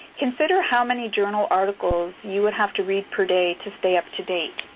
consider how many journal articles you would have to read per day to stay up to date.